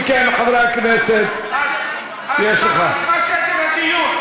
אם כן, חברי הכנסת מה סדר הדיון?